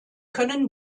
können